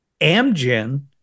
Amgen